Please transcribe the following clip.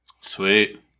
sweet